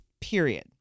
period